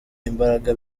imbaraga